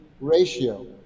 ratio